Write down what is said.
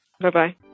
Bye-bye